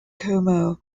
como